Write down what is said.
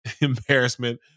embarrassment